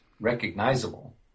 recognizable